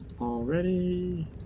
Already